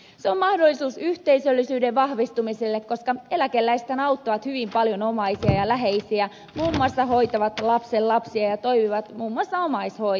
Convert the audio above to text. se on mahdollisuus yhteisöllisyyden vahvistumiselle koska eläkeläisethän auttavat hyvin paljon omaisia ja läheisiä muun muassa hoitavat lapsenlapsia ja toimivat muun muassa omaishoitajina